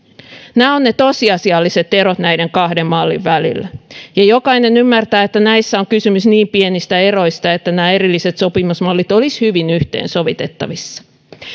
nämä ovat ne tosiasialliset erot näiden kahden mallin välillä ja jokainen ymmärtää että näissä on kysymys niin pienistä eroista että nämä erilliset sopimusmallit olisivat hyvin yhteensovitettavissa